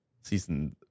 season